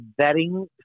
vetting